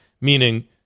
meaning